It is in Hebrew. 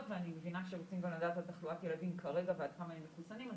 ואני מבינה שרוצים כבר לדעת על תחלואת ילדים כרגע ועד כמה הם מחוסנים,